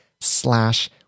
slash